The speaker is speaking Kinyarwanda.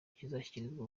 kizashyikirizwa